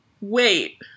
wait